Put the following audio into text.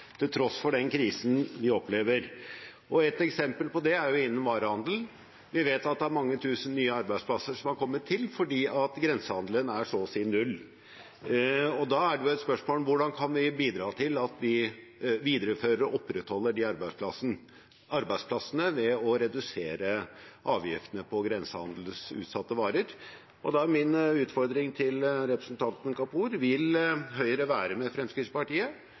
til tross for den krisen vi opplever. Et eksempel på det er innen varehandel. Vi vet at det er mange tusen nye arbeidsplasser som har kommet til fordi grensehandelen er så å si null. Da er det et spørsmål hvordan vi kan bidra til at vi viderefører og opprettholder de arbeidsplassene ved å redusere avgiftene på grensehandelsutsatte varer. Da er min utfordring til representanten Kapur: Vil Høyre være med Fremskrittspartiet